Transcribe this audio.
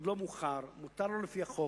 עוד לא מאוחר, מותר לו, על-פי החוק,